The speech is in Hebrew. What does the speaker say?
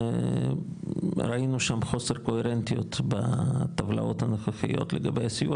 ראינו שם חוסר קוהרנטיות בטבלאות הנוכחיות לגבי הסיוע